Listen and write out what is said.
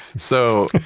so,